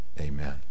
Amen